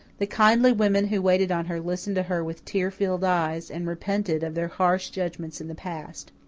the kindly women who waited on her listened to her with tear-filled eyes, and repented of their harsh judgments in the past.